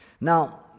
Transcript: Now